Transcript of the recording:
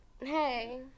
hey